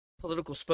political